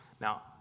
Now